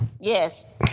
Yes